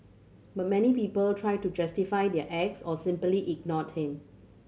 but many people try to justify their acts or simply ignored him